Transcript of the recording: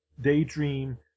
daydream